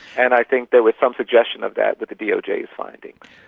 and i think there was some suggestion of that with the doj's findings.